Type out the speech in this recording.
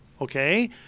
Okay